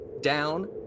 down